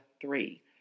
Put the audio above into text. three